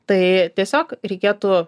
tai tiesiog reikėtų